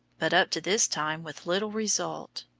but up to this time with little result.